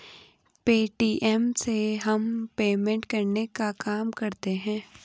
Paytm से हम payment करने का काम करते है